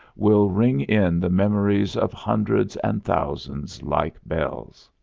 will ring in the memories of hundreds and thousands like bells.